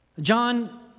John